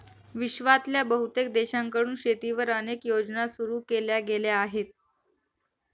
विश्वातल्या बहुतेक देशांकडून शेतीवर अनेक योजना सुरू केल्या गेल्या आहेत